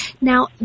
Now